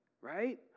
Right